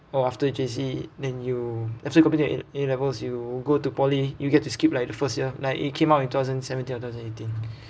oh after J_C then you after complete in A levels you go to poly you get to skip like the first year like it came out in two thousand seventeen or two thousand eighteen